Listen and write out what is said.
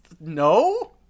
No